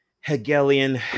Hegelian